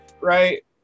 Right